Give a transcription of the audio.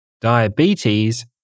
diabetes